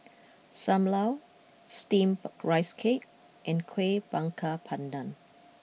Sam Lau Steamed Rice Cake and Kueh Bakar Pandan